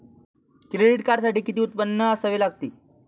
Credit कार्डसाठी किती उत्पन्न असावे लागते?